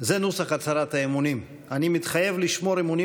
זה נוסח הצהרת האמונים: "אני מתחייב לשמור אמונים